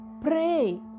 Pray